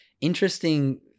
interesting